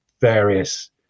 various